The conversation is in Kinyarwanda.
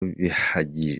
bihagije